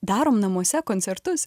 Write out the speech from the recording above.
darom namuose koncertus